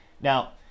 Now